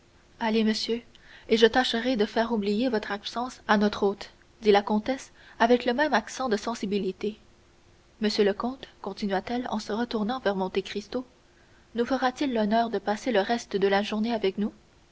allez monsieur je tâcherai de faire oublier votre absence à notre hôte dit la comtesse avec le même accent de sensibilité monsieur le comte continua-t-elle en se retournant vers monte cristo nous fera-t-il l'honneur de passer le reste de la journée avec nous